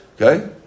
Okay